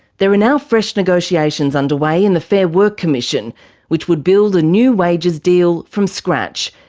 there are now fresh negotiations underway in the fair work commission which would build a new wages deal from scratch.